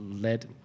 led